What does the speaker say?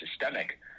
systemic